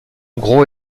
gros